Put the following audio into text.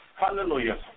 Hallelujah